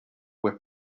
where